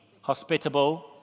hospitable